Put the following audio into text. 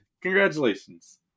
Congratulations